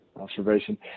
Observation